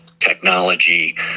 technology